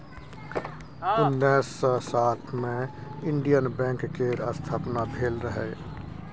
उन्नैस सय सात मे इंडियन बैंक केर स्थापना भेल रहय